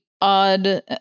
odd